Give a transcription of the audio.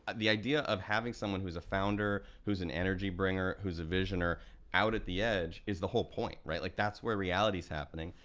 the idea of having someone who's a founder, who's an energy bringer, who's a visioner out at the edge is the whole point, right? like, that's where reality's happening.